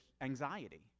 anxiety